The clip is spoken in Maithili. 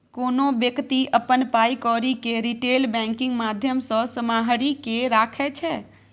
कोनो बेकती अपन पाइ कौरी केँ रिटेल बैंकिंग माध्यमसँ सम्हारि केँ राखै छै